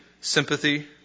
sympathy